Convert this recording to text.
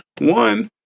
one